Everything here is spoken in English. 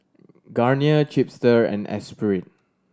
Garnier Chipster and Espirit